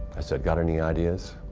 i said got any ideas?